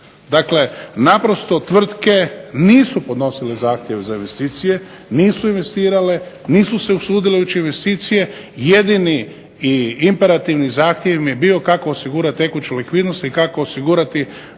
Dakle, naprosto tvrtke nisu podnosile zahtjev za investicije, nisu investirale, nisu se usudile ući u investicije. Jedini imperativni zahtjev im je bio kako osigurati tekuću likvidnost i kako osigurati